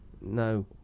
No